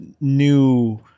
new